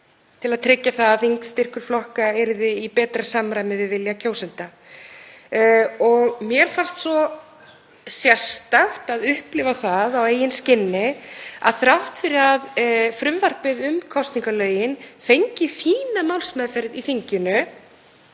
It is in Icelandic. til að tryggja að þingstyrkur flokka yrði í betra samræmi við vilja kjósenda. Mér fannst svo sérstakt að upplifa það á eigin skinni að þrátt fyrir að frumvarpið um kosningalögin fengi fína málsmeðferð í þinginu